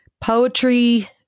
Poetry